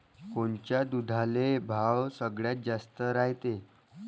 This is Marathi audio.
कोनच्या दुधाले भाव सगळ्यात जास्त रायते?